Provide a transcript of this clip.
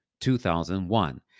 2001